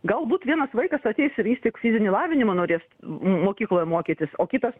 galbūt vienas vaikas ateis ir jis tik fizinį lavinimą norės mokykloje mokytis o kitas